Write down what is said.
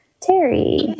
Terry